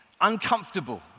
uncomfortable